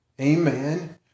amen